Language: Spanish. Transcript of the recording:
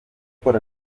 por